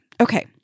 Okay